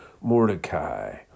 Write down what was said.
Mordecai